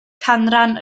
canran